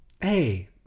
hey